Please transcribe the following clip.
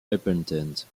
important